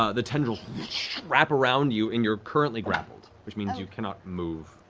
ah the tendrils wrap around you, and you're currently grappled, which means you cannot move.